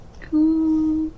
Cool